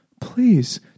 Please